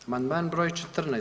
Amandman broj 14.